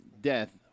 death